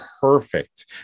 perfect